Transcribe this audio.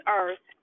earth